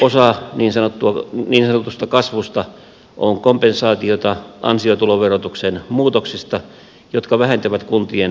osa niin sanotusta kasvusta on kompensaatiota ansiotuloverotuksen muutoksista jotka vähentävät kuntien verotuloja